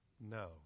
No